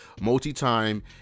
multi-time